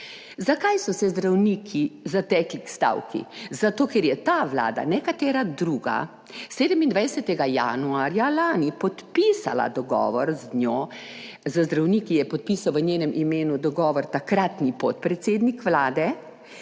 Zakaj so se zdravniki zatekli k stavki? Zato, ker je ta Vlada - ne katera druga - 27. januarja lani podpisala dogovor z njo, z zdravniki je podpisal v njenem imenu dogovor takratni podpredsednik Vlade,